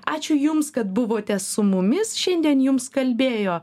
ačiū jums kad buvote su mumis šiandien jums kalbėjo